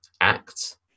act